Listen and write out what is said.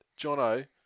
Jono